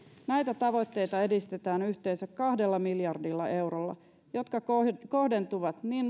näitä tavoitteita edistetään yhteensä kahdella miljardilla eurolla jotka kohdentuvat kohdentuvat niin